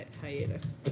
hiatus